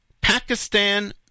Pakistan